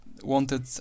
wanted